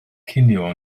cinio